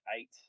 eight